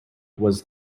was